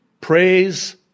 Praise